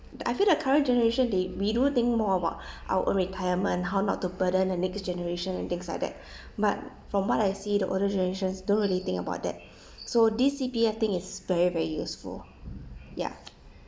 I feel the current generation they we do think more about our own retirement how not to burden the next generation and things like that but from what I see the older generations don't really think about that so this C_P_F thing is very very useful ya